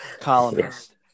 columnist